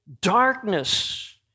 darkness